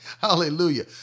Hallelujah